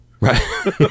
Right